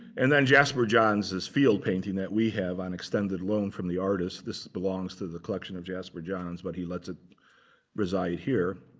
and then jasper johns' field painting that we have an extended loan from the artist. this belongs to the collection of jasper johns, but he lets it reside here.